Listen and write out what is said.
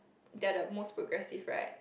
they are the most progressive right